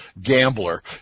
gambler